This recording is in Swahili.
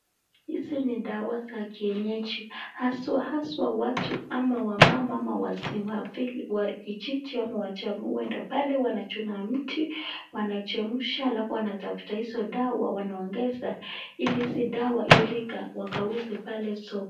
Hizi ni dawa ya kienyeji haswashawa watu ama wamama ama wazee wakijiji wanenda pale kujuna mitii wanachemusha alafu wanatafuta hizo wanaongesa hili hizi dawa wakauze pale soko.